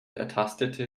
ertastete